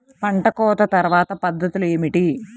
పంట కోత తర్వాత పద్ధతులు ఏమిటి?